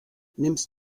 nimmst